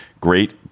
great